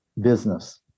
business